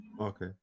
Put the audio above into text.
Okay